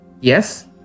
yes